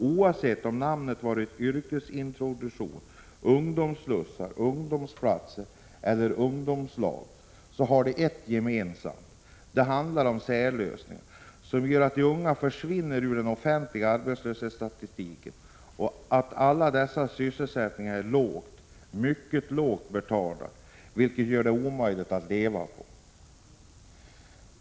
Oavsett om namnet varit yrkesintroduktion, ungdomsslussar, ungdomsplatser eller ungdomslag så har de ett gemensamt: det handlar om särlösningar som gör att de unga försvinner ur den officiella arbetslöshetsstatistiken och att alla dessa sysselsättningar är lågt eller mycket lågt betalda, vilket gör det omöjligt att leva på dem.